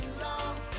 long